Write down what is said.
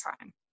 time